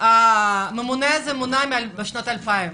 הממונה הזה מונה בשנת 2000,